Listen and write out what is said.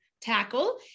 tackle